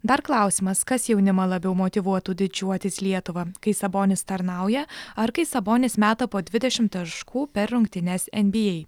dar klausimas kas jaunimą labiau motyvuotų didžiuotis lietuva kai sabonis tarnauja ar kai sabonis meta po dvidešim taškų per rungtynes nba